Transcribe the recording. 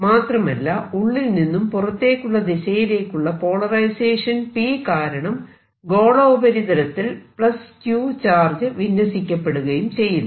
മാത്രമല്ല ഉള്ളിൽ നിന്നും പുറത്തേക്കുള്ള ദിശയിലേക്കുള്ള പോളറൈസേഷൻ P കാരണം ഗോളോപരിതലത്തിൽ Q ചാർജ് വിന്യസിക്കപ്പെടുകയും ചെയ്യുന്നു